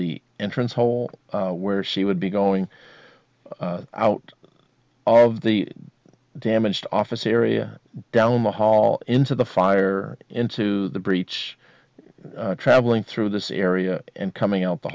the entrance hole where she would be going out of the damaged office area down the hall into the fire into the breach traveling through this area and coming out